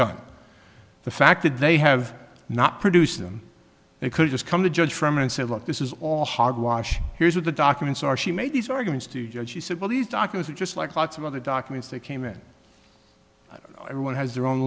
gun the fact that they have not produced them they could just come to judge from and say look this is all hogwash here's what the documents are she made these arguments to judge she said well these doctors are just like lots of other documents that came in everyone has their own